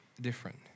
different